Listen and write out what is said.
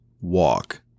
walk